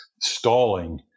stalling